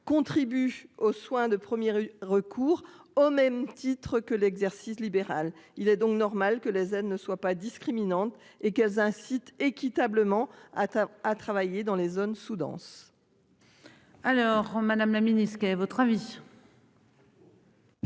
contribue aux soins de 1er recours au même titre que l'exercice libéral. Il est donc normal que les aides ne soient pas discriminante et qu'elles incitent équitablement atteint à travailler dans les zones sous-denses.--